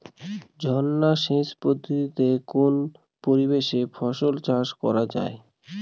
ঝর্না সেচ পদ্ধতিতে কোন পরিবেশে ফসল চাষ করা যায়?